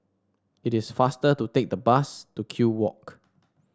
it is faster to take the bus to Kew Walk